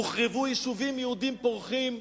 הוחרבו יישובים יהודיים פורחים,